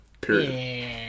Period